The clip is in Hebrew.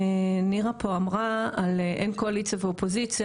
נירה פה אמרה על אין קואליציה ואופוזיציה